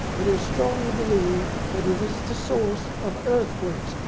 it is strongly believed that it is the source of earthquakes,